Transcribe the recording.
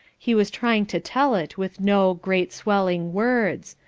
he was trying to tell it with no great swelling words,